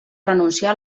renunciar